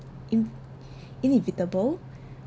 in~ inevitable